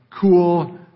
cool